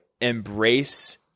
embrace